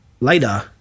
Later